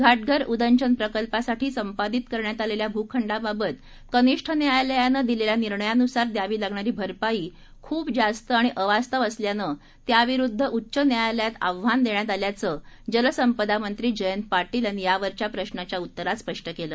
घाटघर उदंचन प्रकल्पासाठी संपादित करण्यात आलेल्या भूखंडाबाबत कनिष्ठ न्यायालयानं दिलेल्या निर्णयानुसार द्यावी लागणारी भरपाई खूप जास्त आणि अवास्तव असल्यानं त्याविरुद्ध उच्च न्यायालयात आव्हान देण्यात आल्याचं जलसंपदा मंत्री जयंत पाटील यांनी यावरच्या प्रश्नाच्या उत्तरात स्पष्ट केलं